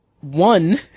one